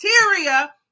criteria